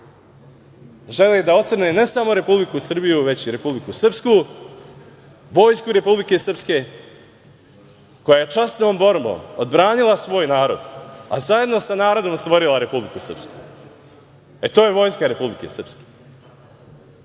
želi da ocrne ne samo Republiku Srbiju, već i Republiku Srpsku, Vojsku Republike Srpske, koja je časnom borbom odbranila svoj narod, a zajedno sa narodom stvorila Republiku Srpsku. E, to je Vojska Republike Srpske.I,